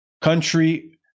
Country